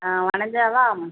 ஆ வனஜாவா